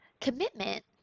Commitment